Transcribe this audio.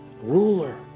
ruler